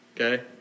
okay